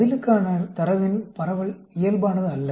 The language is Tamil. பதிலுக்கான தரவின் பரவல் இயல்பானது அல்ல